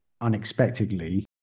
unexpectedly